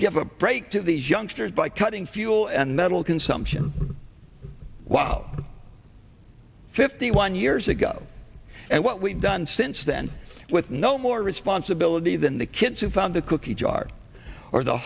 give a break to these youngsters by cutting fuel and metal consumption while fifty one years ago and what we've done since then with no more responsibility than the kids who found the cookie jar or the